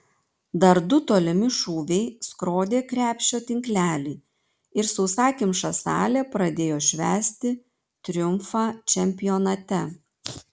dar du tolimi šūviai skrodė krepšio tinklelį ir sausakimša salė pradėjo švęsti triumfą čempionate